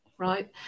Right